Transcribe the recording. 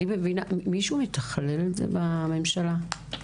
מישהו מתכלל את זה בממשלה?